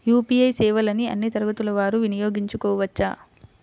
UPI సేవలని అన్నీ తరగతుల వారు వినయోగించుకోవచ్చా?